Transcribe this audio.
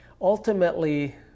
ultimately